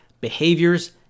behaviors